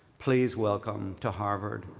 please welcome to harvard,